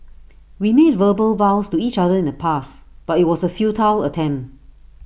we made verbal vows to each other in the past but IT was A futile attempt